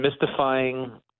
mystifying